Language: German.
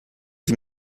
sie